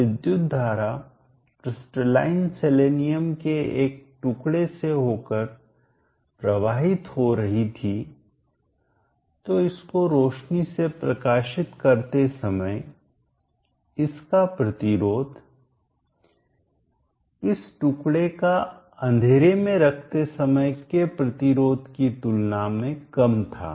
जब विद्युत धारा क्रिस्टलाइन सेलेनियम के एक टुकड़े से होकर प्रवाहित हो रही थी तो इसको रोशनी से प्रकाशित करते समय इसका प्रतिरोध इस टुकड़े का अंधेरे में रखते समय के प्रतिरोध की तुलना में कम था